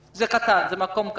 קטן.